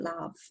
love